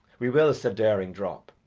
we will, said daring drop.